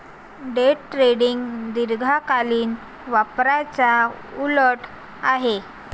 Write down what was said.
day trading दीर्घकालीन व्यापाराच्या उलट आहे